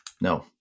No